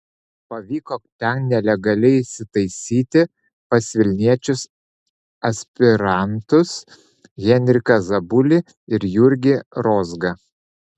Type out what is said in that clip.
pavyko ten nelegaliai įsitaisyti pas vilniečius aspirantus henriką zabulį ir jurgį rozgą